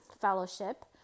fellowship